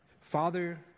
Father